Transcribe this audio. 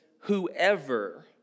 Whoever